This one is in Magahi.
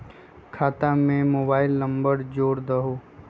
खाता में मोबाइल नंबर जोड़ दहु?